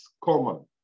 common